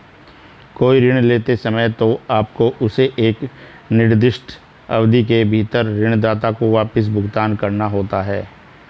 कोई ऋण लेते हैं, तो आपको उसे एक निर्दिष्ट अवधि के भीतर ऋणदाता को वापस भुगतान करना होता है